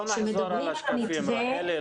לא נחזור על השקפים רחלי.